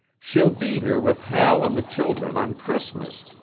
she'll be here with hal and the children on christmas!